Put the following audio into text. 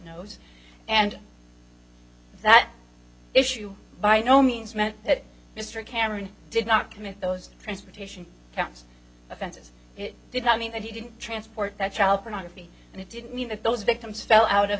knows and that issue by no means meant that mr cameron did not commit those transportation counts offenses it did not mean that he didn't transport that child pornography and it didn't mean that those victims fell out of